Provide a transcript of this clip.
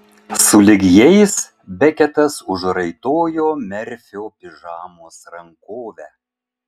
sulig jais beketas užraitojo merfio pižamos rankovę